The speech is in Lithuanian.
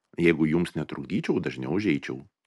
jeigu jums netrukdyčiau dažniau užeičiau